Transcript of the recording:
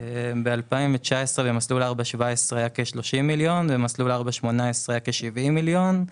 4-17 היה כ-30 מיליון שקלים ובמסלול 4-18 היו כ-70 מיליון.